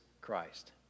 Christ